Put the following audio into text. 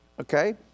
Okay